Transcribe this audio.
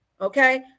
Okay